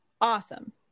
Awesome